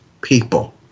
people